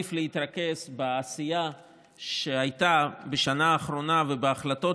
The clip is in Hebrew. מעדיף להתרכז בעשייה שהייתה בשנה האחרונה ובהחלטות